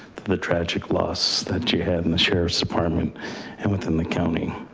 the tragic loss that you had in the sheriff's department and within the county.